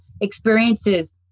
experiences